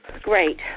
Great